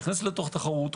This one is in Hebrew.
נכנסת לתוך תחרות,